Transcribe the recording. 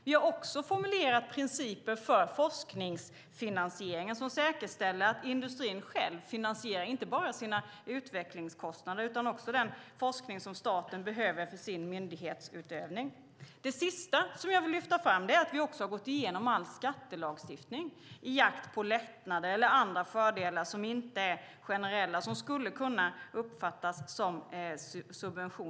Vi har också formulerat principer för forskningsfinansieringen, vilket säkerställer att industrin själv finansierar inte bara sina utvecklingskostnader utan också den forskning som staten behöver för sin myndighetsutövning. Jag vill också lyfta fram att vi har gått igenom all skattelagstiftning i jakt på lättnader eller andra fördelar som inte är generella och som skulle kunna uppfattas som subventioner.